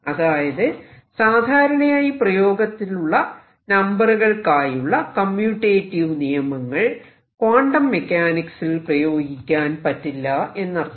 അതായത് സാധാരണയായി പ്രയോഗത്തിലുള്ള നമ്പറുകൾക്കായുള്ള കമ്മ്യൂറ്റേറ്റീവ് നിയമങ്ങൾ ക്വാണ്ടം മെക്കാനിക്സിൽ പ്രയോഗിക്കാൻ പറ്റില്ല എന്നർത്ഥം